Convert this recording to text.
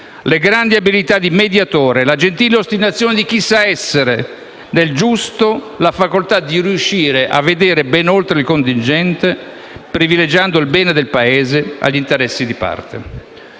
le grandi abilità di mediatore, la gentile ostinazione di chi sa di essere nel giusto, la facoltà di riuscire a vedere ben oltre il contingente, privilegiando il bene del Paese rispetto agli interessi di parte.